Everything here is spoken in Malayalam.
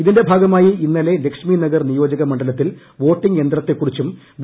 ഇതിന്റെ ഭാഗമായി ഇന്നലെ ലക്ഷ്മി നഗർ നിയോജക മണ്ഡലത്തിൽ വോട്ടിംഗ് യന്ത്രത്തെക്കുറിച്ചും വി